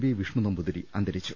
V Vishnu Namboothiri അന്തരിച്ചു